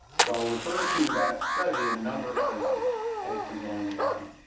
so i'll refer to that study in a number of places as we're going along.